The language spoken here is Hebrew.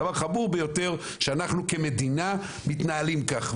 דבר חמור ביותר שאנחנו כמדינה מתנהלים כך.